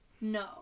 no